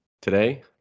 Today